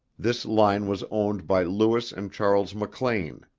this line was owned by louis and charles mclane.